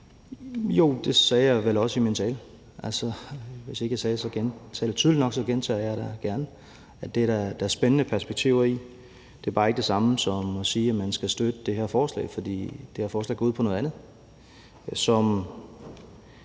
Jo, det sagde jeg vel også i min tale. Altså, hvis jeg ikke sagde det tydeligt nok, gentager jeg da gerne, at det er der spændende perspektiver i. Det er bare ikke det samme som at sige, at man skal støtte det her forslag, for det her forslag går ud på noget andet.